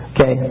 Okay